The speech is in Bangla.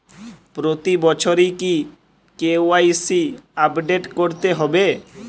প্রতি বছরই কি কে.ওয়াই.সি আপডেট করতে হবে?